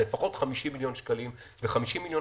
לפחות 50 מיליון שקלים ו-50 מיליון